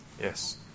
Yes